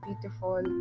beautiful